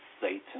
Satan